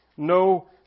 No